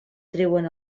treuen